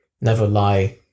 never-lie